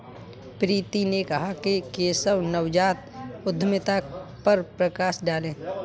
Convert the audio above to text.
प्रीति ने कहा कि केशव नवजात उद्यमिता पर प्रकाश डालें